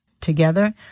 together